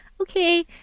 Okay